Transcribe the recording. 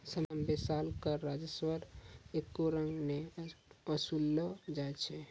सभ्भे साल कर राजस्व एक्के रंग नै वसूललो जाय छै